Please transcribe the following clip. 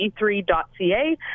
e3.ca